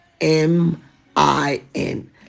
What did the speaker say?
m-i-n